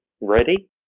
ready